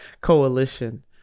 coalition